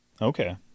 Okay